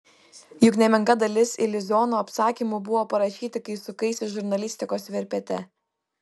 juk nemenka dalis iliuziono apsakymų buvo parašyti kai sukaisi žurnalistikos verpete